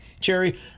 cherry